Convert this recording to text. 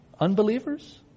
unbelievers